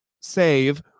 save